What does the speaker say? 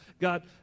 God